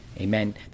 Amen